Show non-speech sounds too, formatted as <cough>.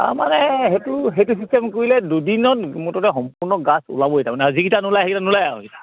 অ মানে সেইটো সেইটো চিষ্টেম কৰিলে দুদিনত মুঠতে সম্পূৰ্ণ গাজ ওলাবই তাৰমানে <unintelligible>